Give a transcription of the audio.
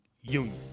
union